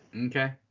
Okay